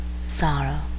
Sorrow